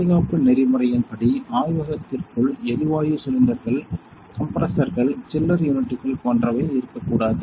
பாதுகாப்பு நெறிமுறையின்படி ஆய்வகத்திற்குள் எரிவாயு சிலிண்டர்கள் கம்ப்ரசர்கள் சில்லர் யூனிட்கள் போன்றவை இருக்கக்கூடாது